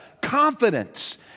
confidence